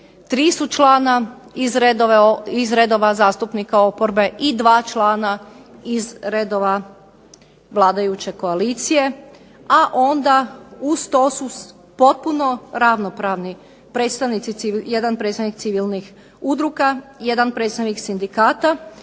Tri su člana iz redova zastupnika oporbe i dva člana iz redova vladajuće koalicije, a onda uz to su potpuno ravnopravni predstavnici, jedan predstavnik civilnih udruga, jedan predstavnik sindikata,